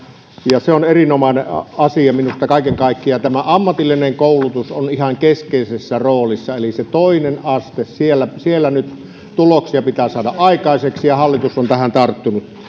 ja se on erinomainen asia minusta kaiken kaikkiaan tämä ammatillinen koulutus on ihan keskeisessä roolissa eli se toinen aste siellä siellä nyt tuloksia pitää saada aikaiseksi ja hallitus on tähän tarttunut